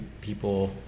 people